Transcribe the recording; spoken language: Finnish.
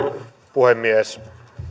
puhemies